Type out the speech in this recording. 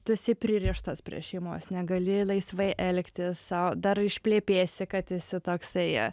tu esi pririštas prie šeimos negali laisvai elgtis sau dar išplepėsi kad esi toksai